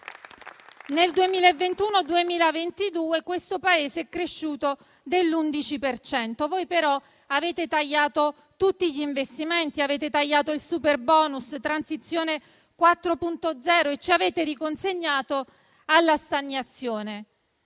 nel 2022 il Paese è cresciuto dell'11 per cento. Voi, però, avete tagliato tutti gli investimenti, avete tagliato il superbonus, Transizione 4.0 e ci avete riconsegnato alla stagnazione.